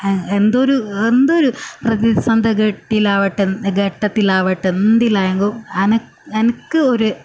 എന്തൊരു എന്തൊരു പ്രതിസന്ധി ഘട്ടിലാവട്ടെ ഘട്ടത്തിലാവട്ടെ എന്തിലായെങ്കു എന എനിക്ക് ഒരു